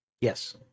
Yes